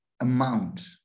amount